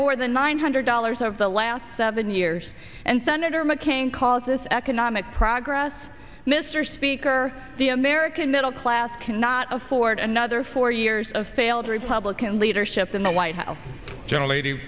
more than nine hundred dollars over the last seven years and senator mccain calls this economic progress mr speaker the american middle class cannot afford another four years of failed republican leadership in the white house gentle lady